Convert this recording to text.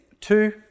two